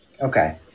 Okay